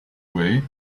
way